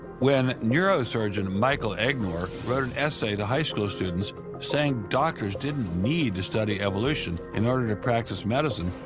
when neurosurgeon michael egnor wrote an essay to high school students saying doctors didn't need to study evolution in order to practice medicine,